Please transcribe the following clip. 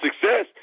success